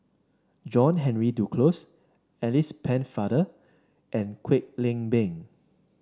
John Henry Duclos Alice Pennefather and Kwek Leng Beng